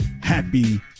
Happy